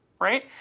right